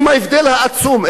עם הבדל עצום,